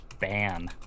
ban